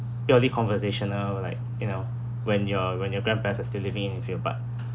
purely conversational like you know when your when your grandparents are still living with you but